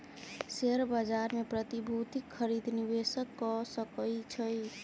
share बाजार मे प्रतिभूतिक खरीद निवेशक कअ सकै छै